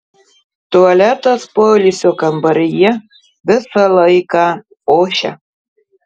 tualetas poilsio kambaryje visą laiką ošia